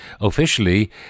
officially